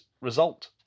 result